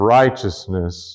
righteousness